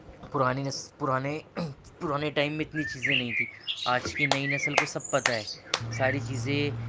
پرانے نس پرانے پرانے ٹائم میں اتنی چیزیں نہیں تھیں آج کی نئی نسل کو سب پتہ ہے ساری چیزیں